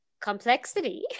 complexity